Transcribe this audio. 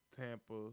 Tampa